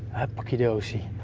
hapakidosi,